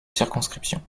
circonscriptions